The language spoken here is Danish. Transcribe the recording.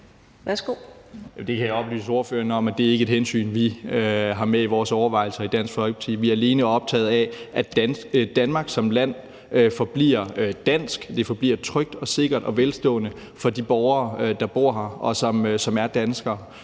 Det kan jeg oplyse ordføreren om ikke er et hensyn, vi har med i vores overvejelser i Dansk Folkeparti. Vi er alene optaget af, at Danmark som land forbliver dansk, forbliver trygt og sikkert og velstående for de borgere, der bor her, og som er danskere.